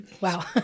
wow